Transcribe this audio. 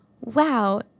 wow